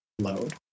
load